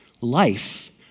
Life